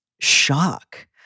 shock